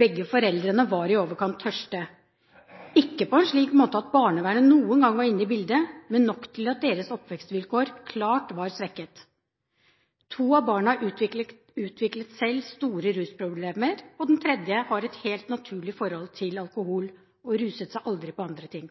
Begge foreldrene var i overkant tørste – ikke på en slik måte at barnevernet noen gang var inne i bildet, men nok til at deres oppvekstvilkår klart var svekket. To av barna utviklet selv store rusproblemer, mens den tredje har et helt naturlig forhold til alkohol og ruset seg aldri på andre ting.